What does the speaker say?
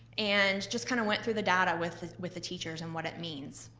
and just kind of went through the data with with the teachers and what it means.